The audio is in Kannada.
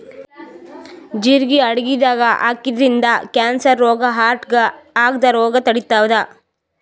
ಜಿರಗಿ ಅಡಗಿದಾಗ್ ಹಾಕಿದ್ರಿನ್ದ ಕ್ಯಾನ್ಸರ್ ರೋಗ್ ಹಾರ್ಟ್ಗಾ ಆಗದ್ದ್ ರೋಗ್ ತಡಿತಾದ್